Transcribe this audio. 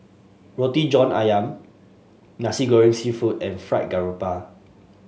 Roti John ayam Nasi Goreng seafood and Fried Garoupa